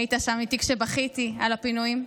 היית שם איתי כשבכיתי על הפינויים.